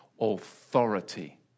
authority